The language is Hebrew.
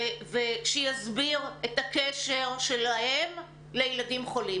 שיסביר את הקשר שלהם לילדים חולים,